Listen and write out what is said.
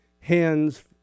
hands